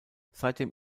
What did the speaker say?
seitdem